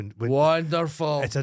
Wonderful